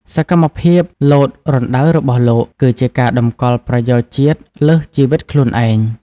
សកម្មភាពលោតរណ្ដៅរបស់លោក គឺជាការតម្កល់ប្រយោជន៍ជាតិលើសជីវិតខ្លួនឯង។